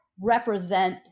represent